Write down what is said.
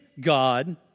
God